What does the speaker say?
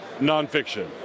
nonfiction